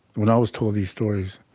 when i was told these stories,